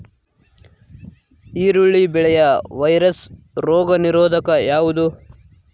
ಈರುಳ್ಳಿ ಬೆಳೆಯ ವೈರಸ್ ರೋಗ ನಿರೋಧಕ ಯಾವುದು?